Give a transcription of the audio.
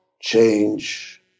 change